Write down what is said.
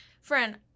Friend